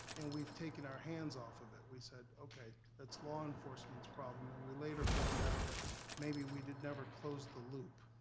and we've taken our hands off of it, we said, okay, that's law enforcement's problem. and we later found out that maybe we did never close the loop.